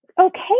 okay